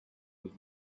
was